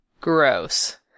Gross